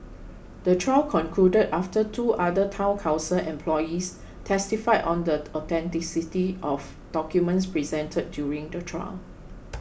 the trial concluded after two other Town Council employees testified on the authenticity of documents presented during the trial